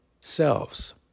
selves